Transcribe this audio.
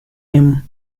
him